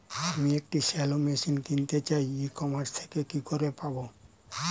আমি একটি shallow machine কিনতে চাই ই কমার্স থেকে কি করে পাবো?